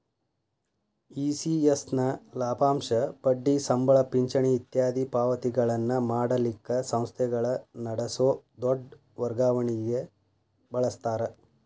ECS ನ ಲಾಭಾಂಶ, ಬಡ್ಡಿ, ಸಂಬಳ, ಪಿಂಚಣಿ ಇತ್ಯಾದಿ ಪಾವತಿಗಳನ್ನ ಮಾಡಲಿಕ್ಕ ಸಂಸ್ಥೆಗಳ ನಡಸೊ ದೊಡ್ ವರ್ಗಾವಣಿಗೆ ಬಳಸ್ತಾರ